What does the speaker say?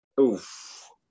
Oof